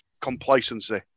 complacency